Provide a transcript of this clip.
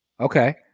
Okay